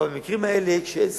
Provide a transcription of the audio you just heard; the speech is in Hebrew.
אבל במקרים האלה שאין סכנה,